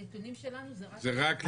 הנתונים שלנו זה רק בחופי ים.